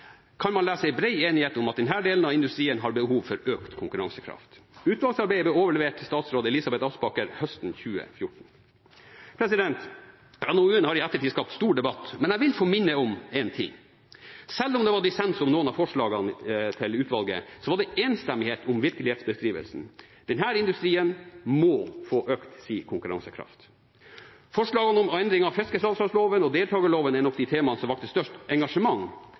kan man lese en bred enighet om at denne delen av industrien har behov for økt konkurransekraft. Utvalgsarbeidet ble overlevert til statsråd Elisabeth Aspaker høsten 2014. NOU-en har i ettertid skapt stor debatt, men jeg vil få minne om en ting. Selv om det var dissens om noen av forslagene fra utvalget, var det enstemmighet om virkelighetsbeskrivelsen. Denne industrien må få økt sin konkurransekraft. Forslagene om endring av fiskesalgslagsloven og deltakerloven er nok de temaene som vakte størst engasjement